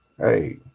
Hey